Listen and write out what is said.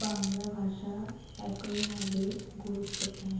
বাংলা ভাষা একইভাবে গুরুত্বপূর্ণ